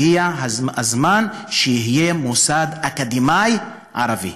הגיע הזמן שיהיה מוסד אקדמי ערבי.